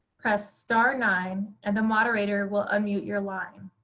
press star nine and the moderator will unmute your line.